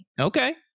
Okay